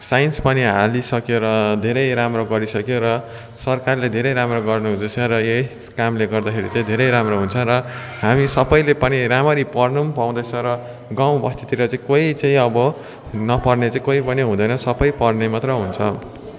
science पनि हालिसक्यो र धेरै राम्रो गरिसक्यो र सरकारले धेरै राम्रो गर्नुहुँदैछ र यस कामले गर्दाखेरि चाहिँ धेरै राम्रो हुन्छ र हामी सबैले पनि रामरी पढ्नु पनि पाउँदैछ र गाउँ बस्तीतिर चाहिँ कोही चाहिँ अब नपढ्ने चाहिँ कोही पनि हुँदैन सबै पढ्ने मात्रै हुन्छ